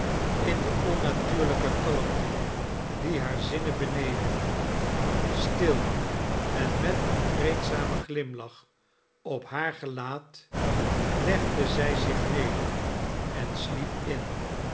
in de onnatuiuiyke kaimte die hare zhmen benevelde stil en met een vreedzamen glimlach op haar gelaat legde zij zich neder en sliep in